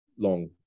long